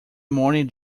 morning